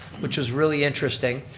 which is really interesting.